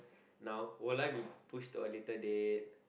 now will I would push to another date